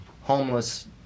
homeless